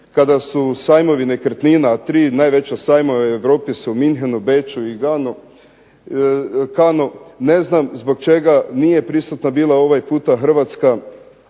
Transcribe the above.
kada su sajmovi nekretnina, 3 najveća sajma u Europi su u Münchenu, Beču i Cannesu, ne znam zbog čega nije prisutna bila ovaj puta Hrvatska.